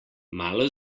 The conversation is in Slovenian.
malo